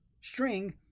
String